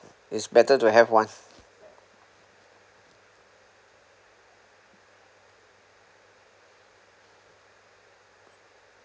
it's better to have one